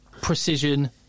precision